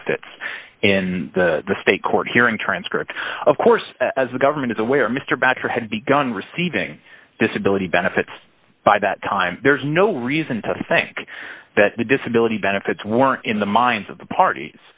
benefits in the state court hearing transcript of course as the government is aware mr batra had begun receiving disability benefits by that time there's no reason to think that the disability benefits weren't in the minds of the part